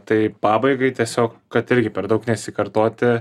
tai pabaigai tiesiog kad irgi per daug nesikartoti